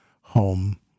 home